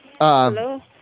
Hello